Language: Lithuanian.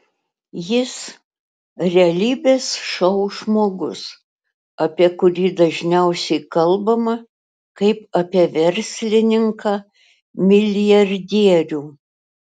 jis realybės šou žmogus apie kurį dažniausiai kalbama kaip apie verslininką milijardierių